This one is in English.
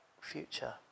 future